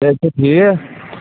صحت چھا ٹھیٖک